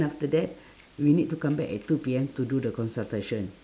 then after that we need to come back at two P_M to do the consultation